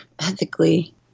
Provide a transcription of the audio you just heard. ethically